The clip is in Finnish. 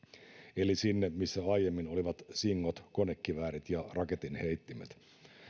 eli sinne missä aiemmin olivat singot konekiväärit ja raketinheittimet